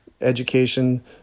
education